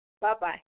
Bye-bye